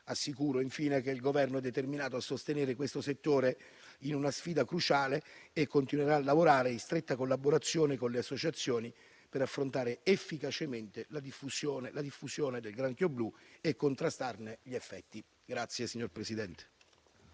Assicuro infine che il Governo è determinato a sostenere questo settore in una sfida cruciale e continuerà a lavorare in stretta collaborazione con le associazioni per affrontare efficacemente la diffusione del granchio blu e per contrastarne gli effetti.